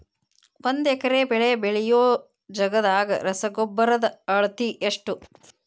ಒಂದ್ ಎಕರೆ ಬೆಳೆ ಬೆಳಿಯೋ ಜಗದಾಗ ರಸಗೊಬ್ಬರದ ಅಳತಿ ಎಷ್ಟು?